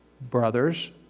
Brothers